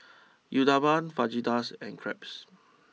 Uthapam Fajitas and Crepes